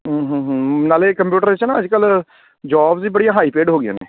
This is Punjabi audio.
ਹਮ ਹਮ ਹਮ ਨਾਲੇ ਕੰਪਿਊਟਰ ਵਿੱਚ ਨਾ ਅੱਜ ਕੱਲ੍ਹ ਜੋਬ ਦੀ ਬੜੀ ਹਾਈ ਪੇਡ ਹੋ ਗਈਆਂ ਨੇ